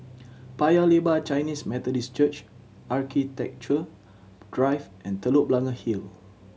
Paya Lebar Chinese Methodist Church Architecture Drive and Telok Blangah Hill